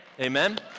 Amen